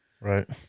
Right